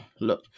look